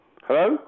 Hello